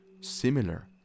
similar